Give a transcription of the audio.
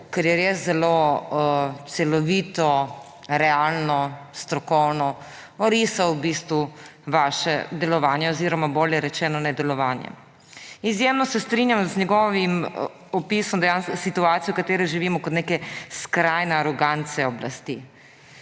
ker je res zelo celovito, realno, strokovno orisal v bistvu vaše delovanje oziroma bolje rečeno nedelovanje. Izjemno se strinjam z njegovim opisom dejanske situacije, v kateri živimo, kot neke skrajne arogance oblasti.